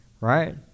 right